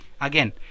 Again